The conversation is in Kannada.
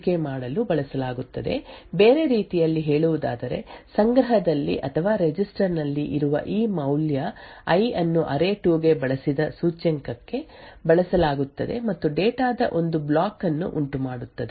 ಮುಂದೆ ನಾವು ನೋಡುವುದೇನೆಂದರೆ ಈ ಮೌಲ್ಯವನ್ನು ಐ ಅನ್ನು ಅರೇ2 ಗೆ ಸೂಚಿಕೆ ಮಾಡಲು ಬಳಸಲಾಗುತ್ತದೆ ಬೇರೆ ರೀತಿಯಲ್ಲಿ ಹೇಳುವುದಾದರೆ ಸಂಗ್ರಹದಲ್ಲಿ ಅಥವಾ ರಿಜಿಸ್ಟರ್ ನಲ್ಲಿ ಇರುವ ಈ ಮೌಲ್ಯ ಐ ಅನ್ನು ಅರೇ2 ಗೆ ಬಳಸಿದ ಸೂಚ್ಯಂಕಕ್ಕೆ ಬಳಸಲಾಗುತ್ತದೆ ಮತ್ತು ಡೇಟಾ ದ ಒಂದು ಬ್ಲಾಕ್ ಅನ್ನು ಉಂಟುಮಾಡುತ್ತದೆ